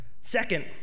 Second